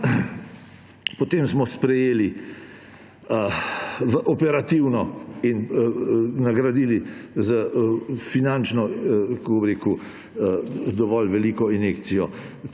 Potem smo sprejeli v operativno in nagradili s finančno dovolj veliko injekcijo tako